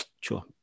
sure